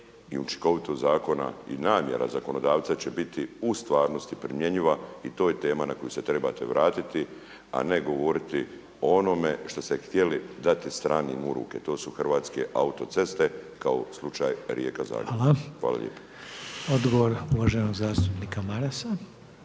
i učinkovitost zakona i namjera zakonodavca će biti u stvarnosti primjenjiva i to je tema na koju se trebate vratiti, a ne govoriti o onome što ste htjeli dati stranim u ruke. To su Hrvatske autoceste kao slučaj Rijeka – Zagreb. Hvala lijepa. **Reiner, Željko (HDZ)** Hvala.